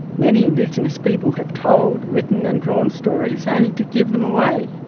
many indigenous people have told, written and drawn stories only to give them away,